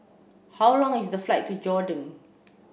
how long is the flight to Jordan